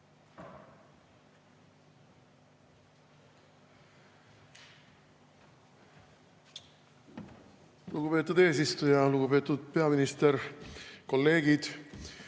Lugupeetud eesistuja! Lugupeetud peaminister! Kolleegid!